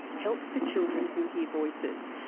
help for children who hear voices,